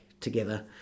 together